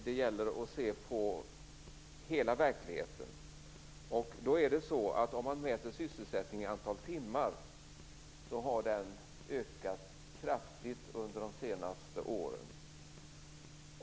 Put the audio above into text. Det gäller att se till hela verkligheten, och om man mäter sysselsättningen i antal timmar finner man att den ökat kraftigt under de senaste åren.